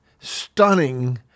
stunning